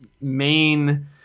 main